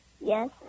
Yes